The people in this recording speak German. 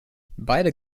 beide